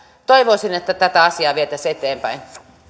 toivoisin että tätä asiaa vietäisiin eteenpäin